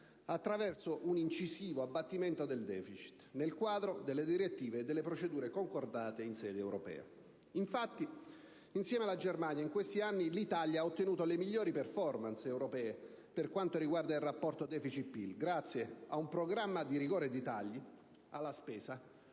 attraverso un incisivo abbattimento del deficit, nel quadro delle direttive e delle procedure concordate in sede europea. Infatti, insieme alla Germania, in questi anni l'Italia ha ottenuto le migliori *performance* europee per quanto riguarda il rapporto deficit-PIL, grazie ad un programma di rigore e di tagli alla spesa